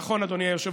נכון, אדוני היושב-ראש.